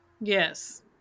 Yes